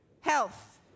health